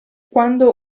quando